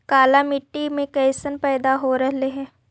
काला मिट्टी मे कैसन पैदा हो रहले है?